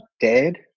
dead